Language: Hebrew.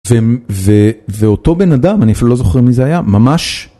ואותו בן אדם, אני אפילו לא זוכר מי זה היה, ממש...